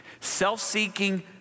self-seeking